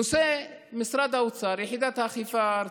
נושא משרד האוצר, יחידת האכיפה הארצית,